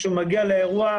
כשהוא מגיע לאירוע,